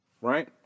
Right